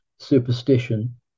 Superstition